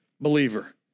believer